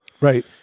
right